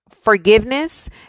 forgiveness